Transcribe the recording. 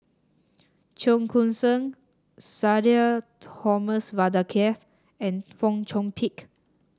Cheong Koon Seng Sudhir Thomas Vadaketh and Fong Chong Pik